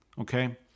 Okay